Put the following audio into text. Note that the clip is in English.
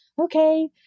okay